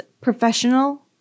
professional